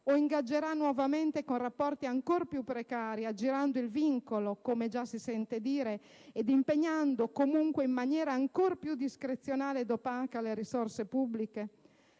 li ingaggerà nuovamente con rapporti ancor più "precari", aggirando il vincolo - come già si sente dire - ed impegnando, comunque, in maniera ancor più discrezionale ed opaca, le risorse pubbliche?